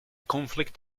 conflict